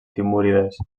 timúrides